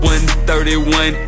1.31